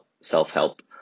self-help